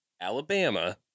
alabama